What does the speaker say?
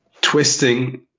twisting